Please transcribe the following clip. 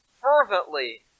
fervently